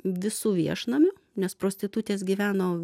visu viešnamiu nes prostitutės gyveno